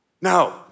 No